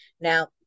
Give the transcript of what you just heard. Now